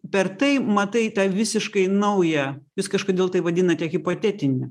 per tai matai tą visiškai naują jūs kažkodėl tai vadinate hipotetinį